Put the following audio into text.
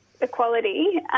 equality